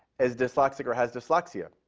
is dyslexic or has dyslexia.